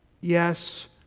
yes